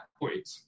point